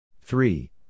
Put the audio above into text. Three